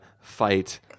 fight